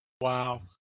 Wow